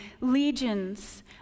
legions